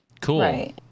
Cool